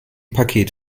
paket